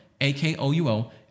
A-K-O-U-O